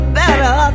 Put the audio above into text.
better